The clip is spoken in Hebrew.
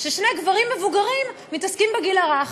ששני גברים מבוגרים מתעסקים בגיל הרך.